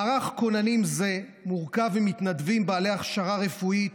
מערך כוננים זה מורכב ממתנדבים בעלי הכשרה רפואית,